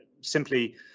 simply